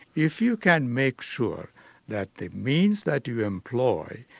if you can make sure that the means that you employ